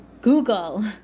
Google